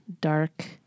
dark